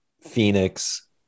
phoenix